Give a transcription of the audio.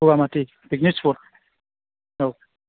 बगामाटि picnic spot औ